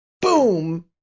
boom